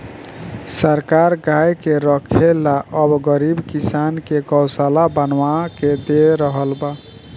सरकार गाय के रखे ला अब गरीब किसान के गोशाला बनवा के दे रहल